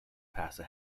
passed